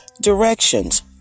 directions